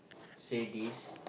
say this